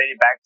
back